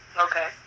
Okay